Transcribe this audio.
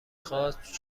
خواست